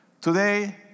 today